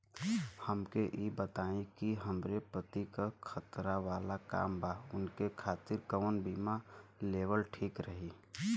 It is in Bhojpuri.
हमके ई बताईं कि हमरे पति क खतरा वाला काम बा ऊनके खातिर कवन बीमा लेवल ठीक रही?